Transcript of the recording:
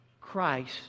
Christ